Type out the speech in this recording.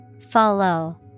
follow